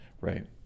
Right